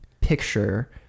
picture